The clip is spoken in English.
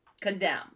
condemn